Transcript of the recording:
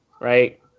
right